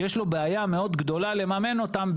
יש לו בעיה מאוד גדולה לממן אותם,